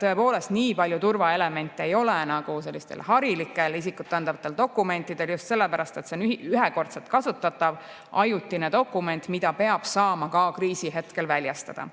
tõepoolest, nii palju turvaelemente ei ole nagu sellistel harilikel isikut tõendavatel dokumentidel, just sellepärast, et see on ühekordselt kasutatav ajutine dokument, mida peab saama ka kriisihetkel väljastada.